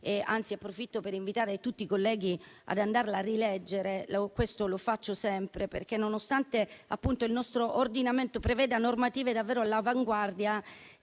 - approfitto per invitare tutti i colleghi ad andare a rileggerla, cosa che faccio sempre - e nonostante il nostro ordinamento preveda normative davvero all'avanguardia,